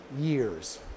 years